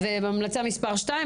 המלצה מספר 2,